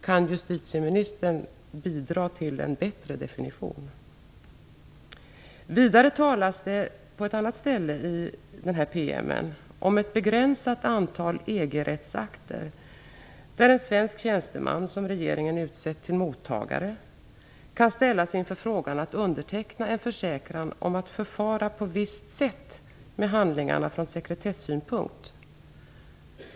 Kan justitieministern bidra till en bättre definition? Vidare talas det på ett annat ställe i denna PM om ett begränsat antal EG-rättsakter där en svensk tjänsteman som regeringen utsett till mottagare kan ställas inför frågan att underteckna en försäkran om att förfara på visst sätt med handlingarna från sekretessynpunkt.